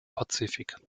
pazifik